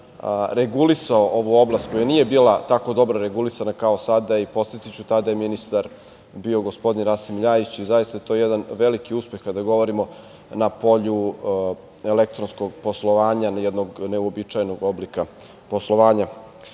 regulisao ovu oblast koja nije bila tako dobro regulisana kao sada. Podsetiću, tada je ministar bio gospodin Rasim Ljajić i zaista je to jedan veliki uspeh kada govorimo na polju elektronskom poslovanja jednog neuobičajenog oblika poslovanja. Već